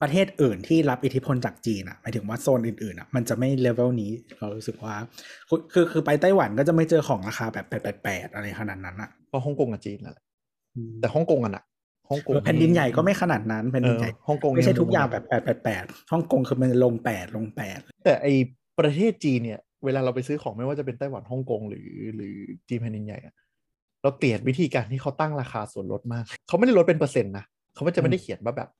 ประเทศอื่นที่รับอิทธิพลจากจีนอะ หมายถึงว่าโซนอื่นๆอะ มันจะไม่ level นี้ เรารู้สึกว่าคือ- คือ- คือไปไต้หวันก็จะไม่เจอของราคาแบบ 888 อะไรขนาดนั้นอะเพราะฮ่องกงกับจีนนั่นแหละ แต่ฮ่องกงอะน่ะ ฮ่องกงแผ่นดินใหญ่ก็ไม่ขนาดนั้น แผ่นดินใหญ่เออ ฮ่องกงไม่ใช่ทุกอย่างแบบ 888 ฮ่องกงคือมันลงแปดลงแปดแต่ไอ้ประเทศจีนเนี่ย เวลาเราไปซื้อของ ไม่ว่าจะเป็นไต้หวันฮ่องกงหรือ- หรือจีนแผ่นดินใหญ่อะ เราเกลียดวิธีการที่เขาตั้งราคาส่วนลดมาก เขาไม่ได้ลดเป็นเปอร์เซ็นต์นะ เขาไม่- จะไม่ได้เขียนว่าแบบ